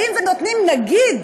נותנים, נגיד,